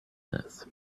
this